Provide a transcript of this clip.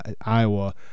Iowa